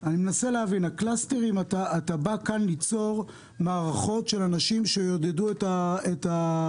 אני מנסה להבין: אתה בא ליצור כאן מערכות של אנשים שיעודדו את החלקים